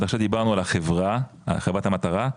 עד עכשיו דיברנו על החברה חברת המטרה,